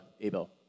Abel